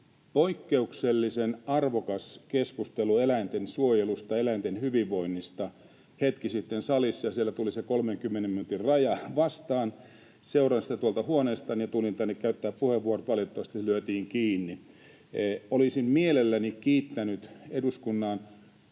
poikkeuksellisen arvokas keskustelu eläintensuojelusta, eläinten hyvinvoinnista, ja siinä tuli se 30 minuutin raja vastaan. Seurasin sitä tuolta huoneestani ja tulin tänne käyttämään puheenvuoron, mutta valitettavasti se lyötiin kiinni. Olisin mielelläni kiittänyt eduskunnan